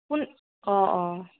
কোন অ' অ'